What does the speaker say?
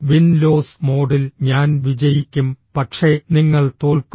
win loss മോഡിൽ ഞാൻ വിജയിക്കും പക്ഷേ നിങ്ങൾ തോൽക്കും